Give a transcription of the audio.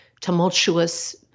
tumultuous